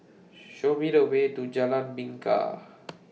Show Me The Way to Jalan Bingka